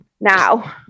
now